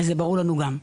אז זה ברור לנו גם.